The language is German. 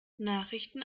nachrichten